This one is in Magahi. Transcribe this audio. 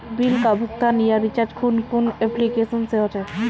बिल का भुगतान या रिचार्ज कुन कुन एप्लिकेशन से होचे?